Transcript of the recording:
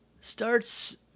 starts